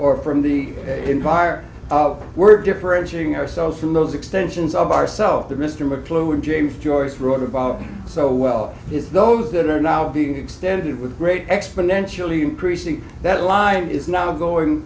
or from the enquirer we're differentiating ourselves from those extensions of ourselves the mystery mcluhan james joyce wrote about so well is those that are now being extended with great exponentially increasing that line is not going